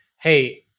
hey